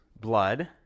blood